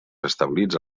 establits